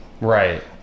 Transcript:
right